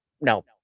No